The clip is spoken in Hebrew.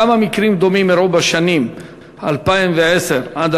כמה מקרים דומים אירועים בשנים 2010 2013?